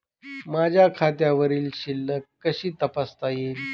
माझ्या खात्यावरील शिल्लक कशी तपासता येईल?